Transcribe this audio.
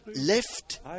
left